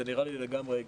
זה נראה לי לגמרי הגיוני.